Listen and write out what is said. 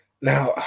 Now